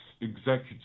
executive